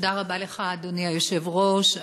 אדוני היושב-ראש,